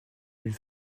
d’une